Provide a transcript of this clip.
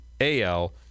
AL